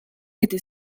était